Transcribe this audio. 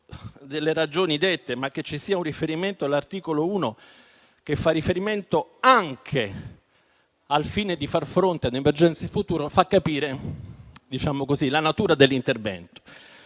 delle ragioni dette, ma che ci sia un riferimento all'articolo 1, che fa riferimento anche al fine di far fronte a emergenze future, fa capire la natura dell'intervento,